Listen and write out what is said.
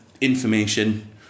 information